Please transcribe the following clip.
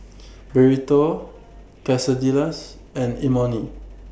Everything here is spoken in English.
Burrito Quesadillas and Imoni